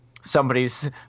somebody's